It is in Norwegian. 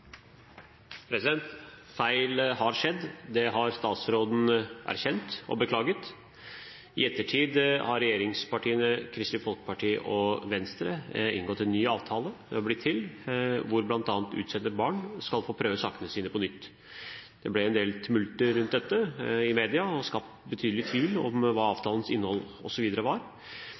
det. Feil har skjedd, det har statsråden erkjent og beklaget. I ettertid har regjeringspartiene, Kristelig Folkeparti og Venstre inngått en ny avtale. Den er slik at bl.a. utsendte barn skal få prøve sakene sine på nytt. Det ble en del tumulter rundt dette i media, og det ble skapt betydelig tvil om